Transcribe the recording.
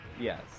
Yes